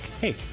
Hey